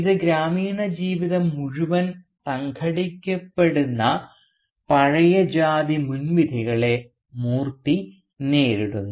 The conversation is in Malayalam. ഇത് ഗ്രാമീണ ജീവിതം മുഴുവനും സംഘടിപ്പിക്കപ്പെടുന്ന പഴയ ജാതി മുൻവിധികളെ മൂർത്തി നേരിടുന്നു